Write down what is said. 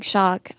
Shock